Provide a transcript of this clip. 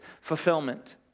fulfillment